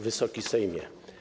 Wysoki Sejmie!